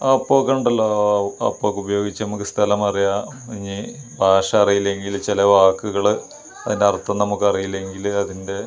ആപ്പൊക്കെ ഉണ്ടല്ലോ ആ ആപ്പ് ഒക്കെ ഉപയോഗിച്ച് നമുക്ക് സ്ഥലം അറിയാം ഇനി ഭാഷ അറീല്ലെങ്കിൽ ചില വാക്കുകൾ അതിൻ്റെ അർത്ഥം നമുക്കറിയില്ലെങ്കിൽ അതിൻ്റെ